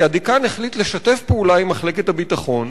כי הדיקן החליט לשתף פעולה עם מחלקת הביטחון